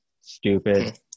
stupid